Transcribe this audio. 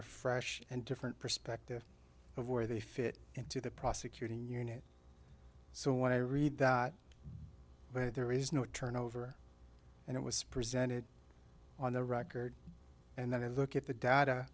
a fresh and different perspective of where they fit into the prosecuting unit so when i read that but there is no turnover and it was presented on the record and then i look at the data